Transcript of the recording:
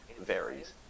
varies